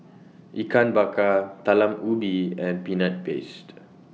Ikan Bakar Talam Ubi and Peanut Paste